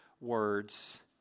words